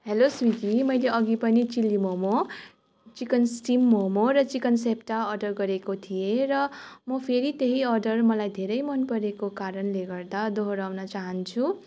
hello Swiggy मैले अघि पनि chilli momo chicken steam momo र चिकन सेप्टा अर्डर गरेको थिएँ र म फेरि त्यही अर्डर मलाई धेरै मनपरेको कारणले गर्दा दोर्याउन चाहन्छु र